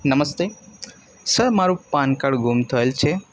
નમસ્તે સર મારું પાનકાર્ડ ગુમ થયેલ છે